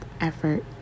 effort